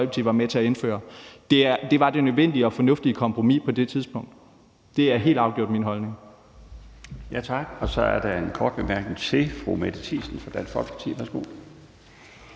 var det nødvendige og fornuftige kompromis på det tidspunkt. Det er helt afgjort min holdning. Kl. 17:40 Den fg. formand (Bjarne Laustsen): Tak. Så er der en kort bemærkning til fru Mette Thiesen fra Dansk Folkeparti. Værsgo.